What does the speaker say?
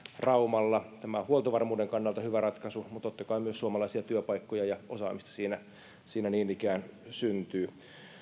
raumalla tämä on huoltovarmuuden kannalta hyvä ratkaisu mutta totta kai myös suomalaisia työpaikkoja ja osaamista siinä siinä niin ikään syntyy